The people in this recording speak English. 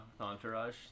Entourage